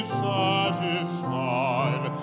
satisfied